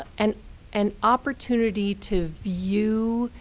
and an opportunity to view